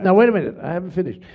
and wait a minute. i haven't finished.